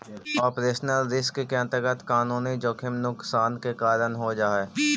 operational risk के अंतर्गत कानूनी जोखिम नुकसान के कारण हो जा हई